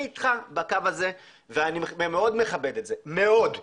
אני אתך בקו הזה, ואני מאוד מכבד את זה, מאוד.